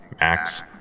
Max